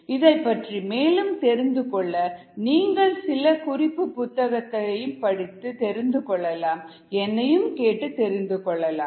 இதைப் பற்றி மேலும் தெரிந்து கொள்ள நீங்கள் சில குறிப்பு புத்தகங்களையும் படித்து தெரிந்து கொள்ளலாம் என்னையும் கேட்டு தெரிந்து கொள்ளலாம்